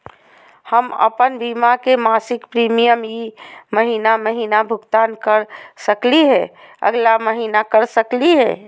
हम अप्पन बीमा के मासिक प्रीमियम ई महीना महिना भुगतान कर सकली हे, अगला महीना कर सकली हई?